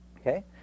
Okay